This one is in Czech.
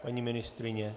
Paní ministryně?